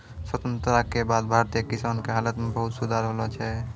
स्वतंत्रता के बाद भारतीय किसान के हालत मॅ बहुत सुधार होलो छै